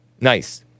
Nice